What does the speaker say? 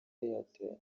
airtel